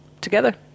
together